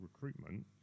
recruitment